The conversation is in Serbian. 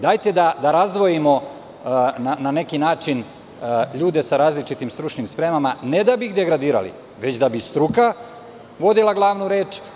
Dajte da razdvojimo, na neki način, ljude sa različitim stručnim spremama, ne da bi ih degradirali, već da bi struka vodila glavnu reč.